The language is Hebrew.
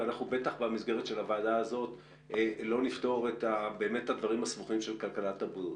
ובטח שלא נפתור במסגרת הוועדה הזאת את הדברים הסבוכים של כלכלת הבריאות